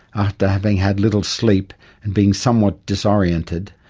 after having had little sleep and being somewhat disoriented,